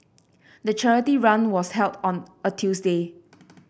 the charity run was held on a Tuesday